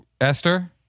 Esther